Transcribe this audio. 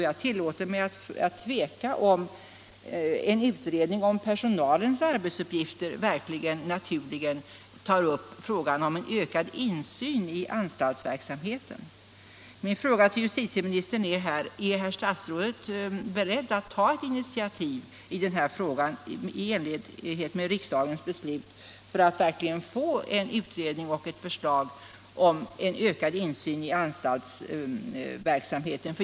Jag tillåter mig att tvivla på att en utredning om personalens arbetsuppgifter verkligen naturligen tar upp frågan om en ökad insyn i anstaltsverksamheten. Min fråga till justitieministern är här: Är statsrådet beredd att ta ett initiativ i denna fråga i enlighet med riksdagens beslut för att verkligen få till stånd en utredning och ett förslag om en ökad insyn i anstaltsverksamheten?